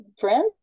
friends